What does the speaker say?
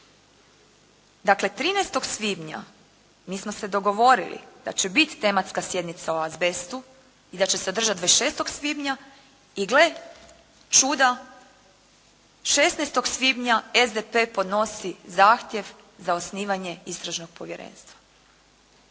Dakle, 13. svibnja, mi smo se dogovorili da će biti tematska sjednica o azbestu i da će se održati 26. svibnja i gle čuda 16. svibnja SDP podnosi zahtjev za osnivanje Istražnog povjerenstva.